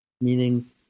meaning